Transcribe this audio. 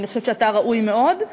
ואני חושבת שאתה ראוי מאוד.